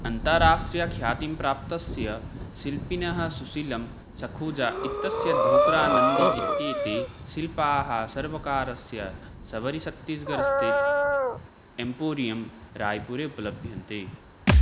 अन्ताराष्ट्रियख्यातिं प्राप्तस्य शिल्पिनः सुशिलं सखुजा इत्यस्य ढोकरा नन्दी इत्येतानि शिल्पानि सर्वकारस्य सबरिशत्तिस्गर् स्टेट् एम्पोरियम् रायपुरे उपलभ्यन्ते